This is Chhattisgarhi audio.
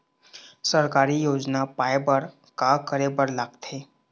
सरकारी योजना पाए बर का करे बर लागथे?